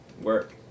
work